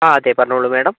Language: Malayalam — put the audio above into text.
ആ അതെ പറഞ്ഞോളൂ മേഡം